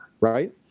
right